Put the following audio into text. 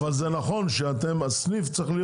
זה נכון שהסניף צריך להיות